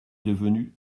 devenu